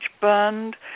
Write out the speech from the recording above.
burned